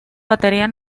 batería